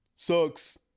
Sucks